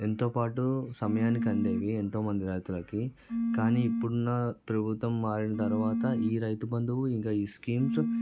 ఎంతో పాటు సమయానికి అందేవి ఎంతోమంది రైతులకి కానీ ఇప్పుడున్న ప్రభుత్వం మారిన తరువాత ఈ రైతు బంధువు ఇంకా ఈ స్కీమ్స్